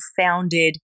founded